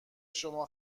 شما